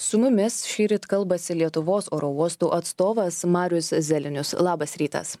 su mumis šįryt kalbasi lietuvos oro uostų atstovas marius zelenius labas rytas